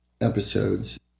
episodes